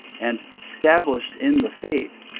and stablished in the faith,